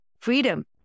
freedom